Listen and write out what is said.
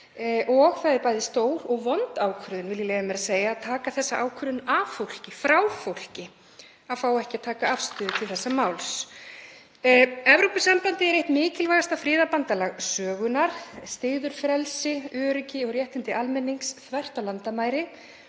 og það er bæði stór og vond ákvörðun, vil ég leyfa mér að segja, að taka þennan ákvörðunarrétt af fólki, að það fái ekki að taka afstöðu til þessa máls. Evrópusambandið er eitt mikilvægasta friðarbandalag sögunnar, styður frelsi, öryggi og réttindi almennings þvert á landamæri